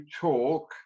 talk